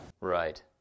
Right